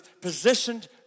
positioned